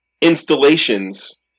installations